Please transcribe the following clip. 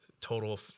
total